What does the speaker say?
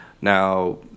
Now